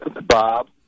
Bob